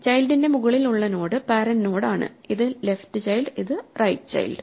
ചൈൽഡിന്റെ മുകളിൽ ഉള്ള node parent node ആണ് ഇത് ലെഫ്റ്റ് ചൈൽഡ് ഇത് റൈറ്റ് ചൈൽഡ്